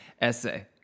essay